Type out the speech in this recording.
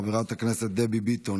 חברת הכנסת דבי ביטון,